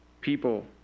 people